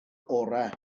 orau